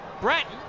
Bratton